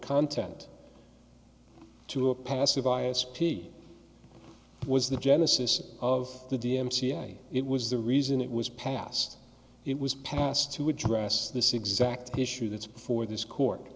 content to a passive via speed was the genesis of the d m c a it was the reason it was passed it was passed to address this exact issue that's before this court